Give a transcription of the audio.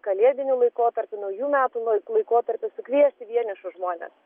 kalėdiniu laikotarpiu naujų metų laikotarpiu sukviesti vienišus žmones